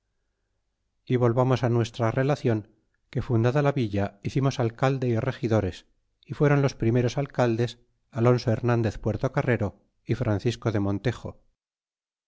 y volvamos nuestra relacion que fundada la villa hicimos alcalde y regidores y fueron los primeros alcaldes alonso hernandez puerto caer ero y francisco de montejo